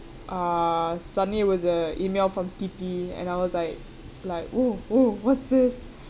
uh suddenly it was a email from T_P and I was like like oh oh what's this